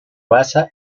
basa